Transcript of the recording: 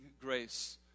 grace